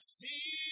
see